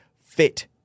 fit